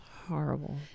horrible